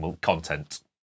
content